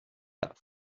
that